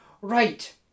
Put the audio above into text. right